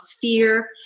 fear